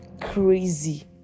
crazy